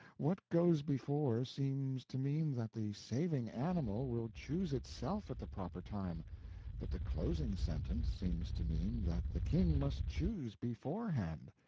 what goes before seems to mean that the saving animal will choose itself at the proper time but the closing sentence seems to mean that the king must choose beforehand,